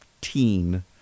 Teen